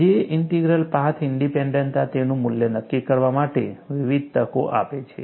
જે integral path ઇન્ડીપેન્ડન્ટતા તેનું મૂલ્ય નક્કી કરવા માટે વિવિધ તકો આપે છે